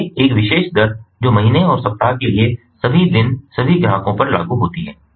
इसलिए एक विशेष दर जो महीने और सप्ताह के सभी दिन सभी ग्राहकों पर लागू होती है